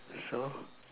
so